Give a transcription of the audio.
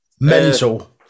Mental